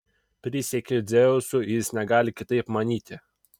prisiekiu dzeusu jis negali kitaip manyti